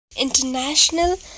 International